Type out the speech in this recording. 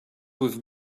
will